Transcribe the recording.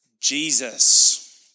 Jesus